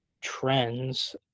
trends